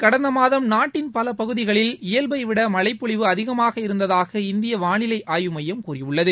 கடந்த மாதம் நாட்டின் பல பகுதிகளில் இயல்பைவிட மனழ பொழிவு அதிகமாக இருந்ததாக இந்திய வானிலை ஆய்வு மையம் கூறியுள்ளது